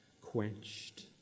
quenched